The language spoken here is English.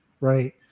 right